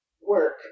work